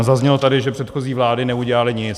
Zaznělo tady, že předchozí vlády neudělaly nic.